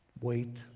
Wait